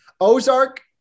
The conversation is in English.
ozark